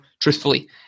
truthfully